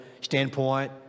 standpoint